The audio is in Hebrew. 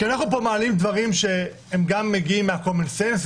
אנחנו פה מעלים דברים שהם גם מגיעים מהקומונסנס,